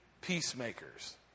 peacemakers